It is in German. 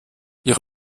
ich